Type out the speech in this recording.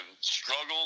struggled